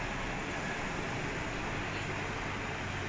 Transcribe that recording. they gave as nineteen ninety seven twenty three years old